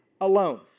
alone